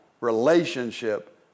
relationship